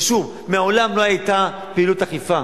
ושוב, מעולם לא היתה פעילות אכיפה